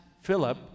Philip